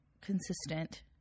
consistent